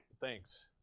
Thanks